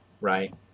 right